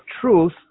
truth